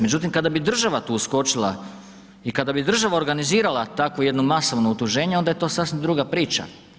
Međutim, kada bi država tu uskočila i kada bi država organizirala takvo jedno masovno utuženje onda je to sasvim druga priča.